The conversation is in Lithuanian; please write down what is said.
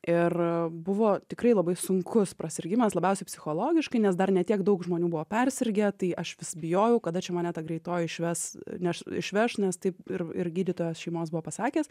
ir buvo tikrai labai sunkus prasirgimas labiausiai psichologiškai nes dar ne tiek daug žmonių buvo persirgę tai aš vis bijojau kada čia mane ta greitoji išves neš išveš nes taip ir ir gydytojas šeimos buvo pasakęs